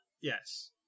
Yes